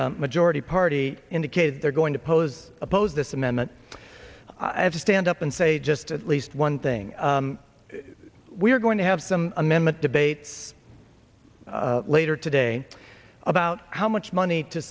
majority party indicated they're going to pose oppose this amendment i have to stand up and say just at least one thing we are going to have some amendment debate later today about how much money to